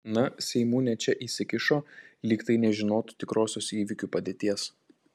na seimūnė čia įsikišo lyg tai nežinotų tikrosios įvykių padėties